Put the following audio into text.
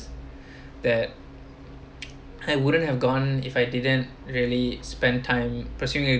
that I wouldn't have gone if I didn't really spend time presumably